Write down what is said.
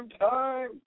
Time